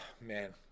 man